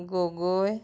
Gogoi